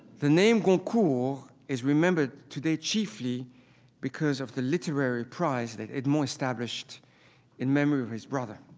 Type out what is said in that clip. the name goncourt is remembered today chiefly because of the literary prize that edmond established in memory of his brother.